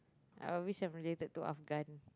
I wish I related two of gun